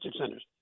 centers